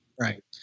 Right